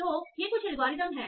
तो ये कुछ एल्गोरिदम हैं